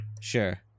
Sure